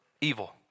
evil